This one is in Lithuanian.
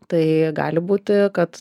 tai gali būti kad